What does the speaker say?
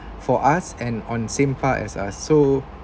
for us and on same part as us so